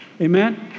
Amen